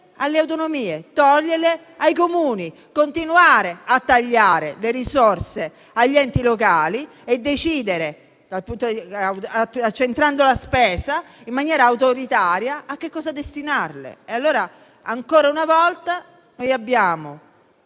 alle autonomie, ai Comuni, continuare a tagliare le risorse agli enti locali e decidere, accentrando la spesa in maniera autoritaria, a cosa destinarle. Ancora una volta, abbiamo